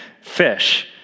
fish